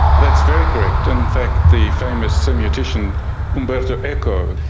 that's very correct. in fact the famous semiotician umberto eco,